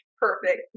Perfect